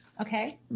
Okay